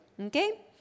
Okay